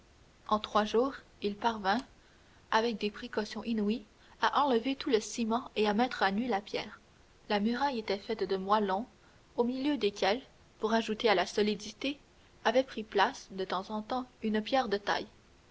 en trois jours il parvint avec des précautions inouïes à enlever tout le ciment et à mettre à nu la pierre la muraille était faite de moellons au milieu desquels pour ajouter à la solidité avait pris place de temps en temps une pierre de taille